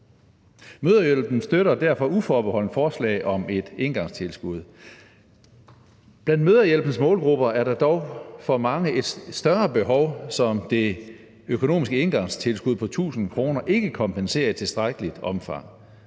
Mødrehjælpen støtter derfor uforbeholdent forslag om et engangstilskud. Blandt Mødrehjælpens målgrupper er der dog for mange et større behov, som det økonomiske engangstilskud på 1.000 kr. ikke kompenserer i tilstrækkeligt omfang.